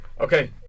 Okay